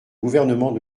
gouvernement